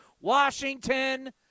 Washington